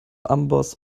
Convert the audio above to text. amboss